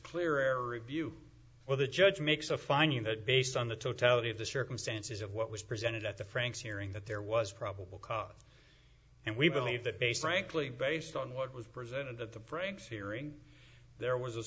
clear air review well the judge makes a finding that based on the totality of the circumstances of what was presented at the franks hearing that there was probable cause and we believe that based rankly based on what was presented at the brinks hearing there was a